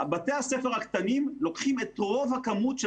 בתי הספר הקטנים לוקחים את כל רוב הכמות של